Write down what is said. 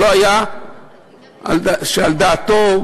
שלא היה על דעתו,